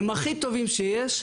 הם הכי טובים שיש.